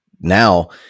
now